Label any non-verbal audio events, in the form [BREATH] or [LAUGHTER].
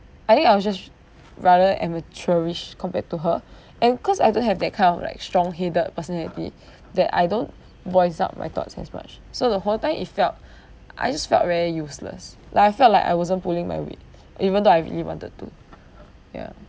I think I'm just rather amateurish compared to her [BREATH] and cause I don't have that kind of like strong headed personality [BREATH] that I don't voice up my thoughts as much so the whole time it felt [BREATH] I just felt very useless like I felt like I wasn't pulling my weight even though I really wanted to ya